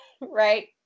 right